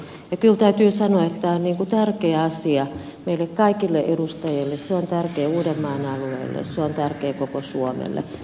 kyllä täytyy sanoa että tämä on tärkeä asia meille kaikille edustajille se on tärkeä uudenmaan alueelle se on tärkeä koko suomelle